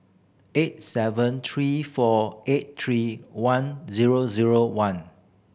eight seven three four eight three one zero zero one